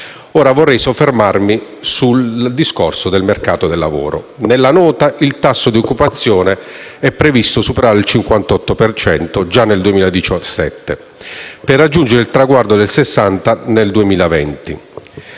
Vorrei soffermarmi ora sul mercato del lavoro. Nella nota il tasso di occupazione è previsto superare il 58 per cento già nel 2017, per raggiungere il traguardo del 60 per cento